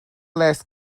less